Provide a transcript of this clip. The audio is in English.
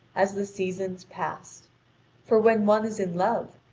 as the seasons passed for when one is in love,